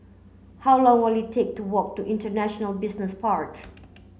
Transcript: how long will it take to walk to International Business Park